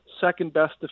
second-best